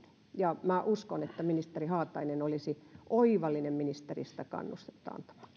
ja minä uskon että ministeri haatainen olisi oivallinen ministeri sitä kannustetta antamaan